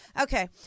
Okay